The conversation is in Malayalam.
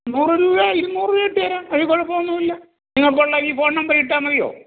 നൂറ് രൂപയോ ഇരുന്നൂറ് രൂപയോ ഇട്ട് തരാം അതിൽ കുഴപ്പം ഒന്നും ഇല്ല നിങ്ങൾക്ക് ഉള്ള ഈ ഫോൺ നമ്പറിൽ ഇട്ടാൽ മതിയോ